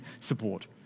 support